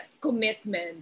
commitment